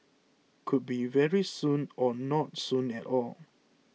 could be very soon or not soon at all